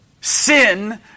Sin